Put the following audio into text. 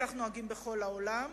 כך נוהגים בכל העולם.